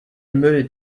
müll